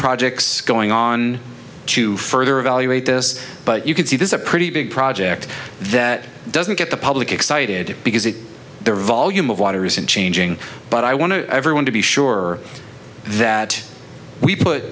projects going on to further evaluate this but you can see this is a pretty big project that doesn't get the public excited because it their volume of water isn't changing but i want to everyone to be sure that we put